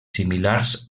similars